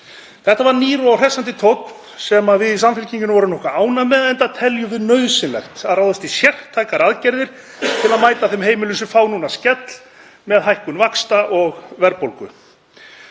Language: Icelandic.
Þetta var nýr og hressandi tónn sem við í Samfylkingunni vorum nokkuð ánægð með enda teljum við nauðsynlegt að ráðast í sértækar aðgerðir til að mæta þeim heimilum sem fá núna skell með hækkun vaxta og verðbólgu.